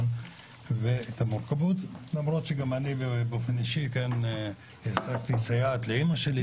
וגם את המורכבות למרות שגם אני באופן אישי העסקתי סייעת לאמא שלי,